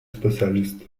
specialist